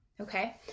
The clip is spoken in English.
Okay